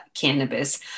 cannabis